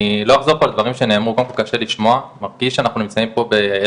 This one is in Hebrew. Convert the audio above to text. אני